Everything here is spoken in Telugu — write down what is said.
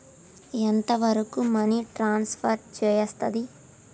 ఎంత వరకు మనీ ట్రాన్స్ఫర్ చేయస్తది?